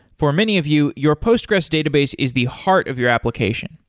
for many of you, your postgressql database is the heart of your application.